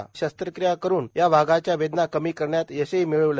त्यावर शस्त्रक्रिया करून या वाघाच्या वेदना कमी करण्यात यशही मिळविलं